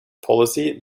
policy